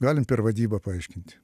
galim per vadybą paaiškint